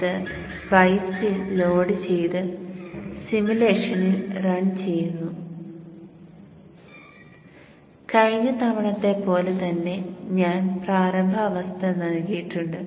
അത് സ്പൈസിൽ ലോഡുചെയ്ത് സിമുലേഷനിൽ റൺ ചെയ്യുന്നു കഴിഞ്ഞ തവണത്തെ പോലെ തന്നെ ഞാൻ പ്രാരംഭ അവസ്ഥ നൽകിയിട്ടുണ്ട്